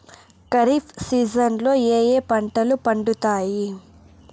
ఖరీఫ్ సీజన్లలో ఏ ఏ పంటలు పండుతాయి